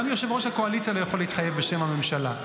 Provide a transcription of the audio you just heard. -- גם ראש הקואליציה לא יכול להתחייב בשם הממשלה.